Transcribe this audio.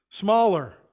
smaller